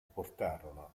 portarono